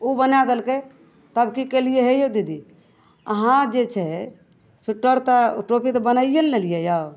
ओ बनै देलकै तब कि केलिए हे यौ दीदी अहाँ जे छै सोइटर तऽ टोपी तऽ बनाइए ने लेलिए यौ